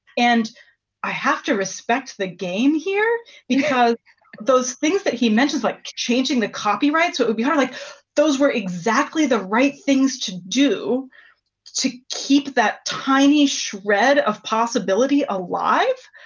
and i have to respect the game here because those things that he mentions, like changing the copyrights, but would be hard. like those were exactly the right things to do to keep that tiny shred of possibility alive,